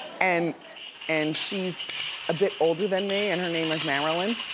and and she's a bit older than me and her name is marilyn,